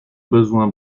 besoin